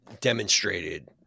Demonstrated